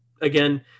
again